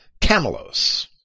camelos